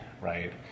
right